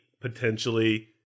potentially